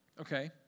Okay